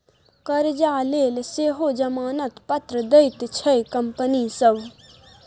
करजा लेल सेहो जमानत पत्र दैत छै कंपनी सभ